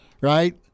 right